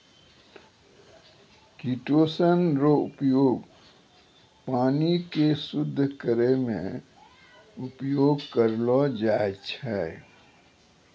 chitosan रो उपयोग पानी के शुद्ध करै मे उपयोग करलो जाय छै